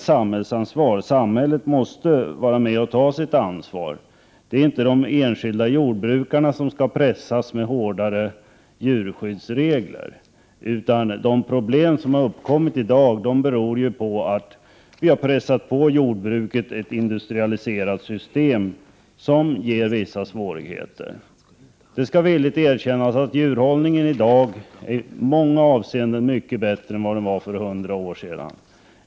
Samhället måste här ta sitt ansvar — det är inte de enskilda jordbrukarna som skall pressas med hårdare djurskyddsregler, därför att de problem som har uppkommit beror ju på att vi har pressat på jordbruket ett industrialiserat system, som ger vissa svårigheter. Det skall villigt erkännas att djurhållningen i dag i många avseenden är mycket bättre än den var för 100 år sedan.